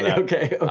yeah okay,